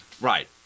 Right